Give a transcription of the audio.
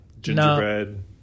gingerbread